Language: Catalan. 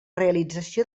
realització